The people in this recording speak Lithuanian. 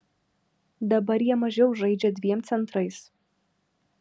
dabar jie mažiau žaidžia dviem centrais